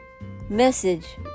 message